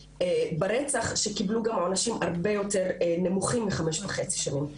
ברצח שקיבלו עונשים הרבה יותר נמוכים מחמש וחצי שנים.